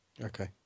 Okay